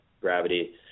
gravity